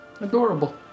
Adorable